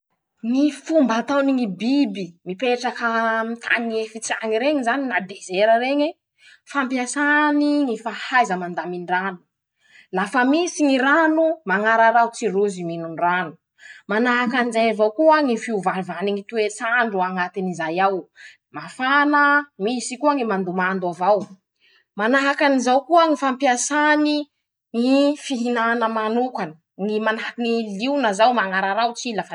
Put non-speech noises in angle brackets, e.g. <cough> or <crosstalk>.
Ñy fomba ataony ñy biby mipetrak' an-tany efitsy añy reñy zany na dezera reñe: <shushes> Fampiasany ñy fahaiza mandamin-drano. lafa misy ñy rano. mañararaotsy rozy minon-drano ;manahaky anizay avao koa ñy fiovaovany ñy toetsandro añatiny zay ao. <shushes> mafana. misy koa ñy mandomando avao. <shushes> Manahaky anizao koa ñy fampiasany ñy fihinana manokany ñy manahaky ñy liona zao mañararaotsy i lafa.